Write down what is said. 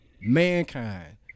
mankind